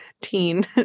teen